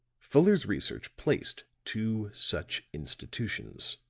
fuller's research placed two such institutions.